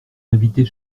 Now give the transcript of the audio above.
invités